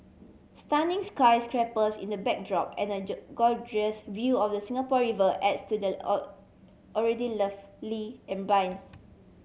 stunning sky scrapers in the backdrop and a gorgeous view of the Singapore River adds to the already lovely ambience